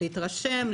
להתרשם,